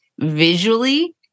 visually